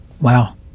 wow